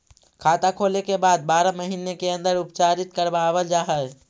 खाता खोले के बाद बारह महिने के अंदर उपचारित करवावल जा है?